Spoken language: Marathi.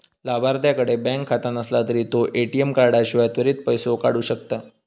लाभार्थ्याकडे बँक खाता नसला तरी तो ए.टी.एम कार्डाशिवाय त्वरित पैसो काढू शकता